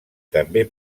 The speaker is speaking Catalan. també